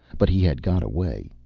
but he had got away.